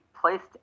placed